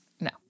No